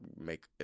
make